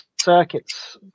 circuits